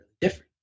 different